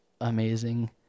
amazing